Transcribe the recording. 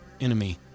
enemy